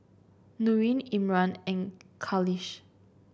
Nurin Imran and Khalish